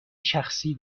شخصی